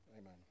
Amen